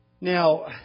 Now